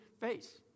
face